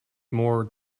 more